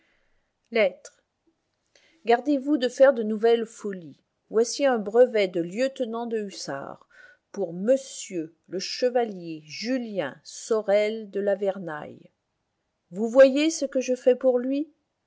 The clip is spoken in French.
lettre gardez-vous de faire de nouvelles folies voici un brevet de lieutenant de hussards pour m le chevalier julien sorel de la vernaye vous voyez ce que je fais pour lui